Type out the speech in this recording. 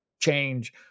change